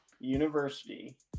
University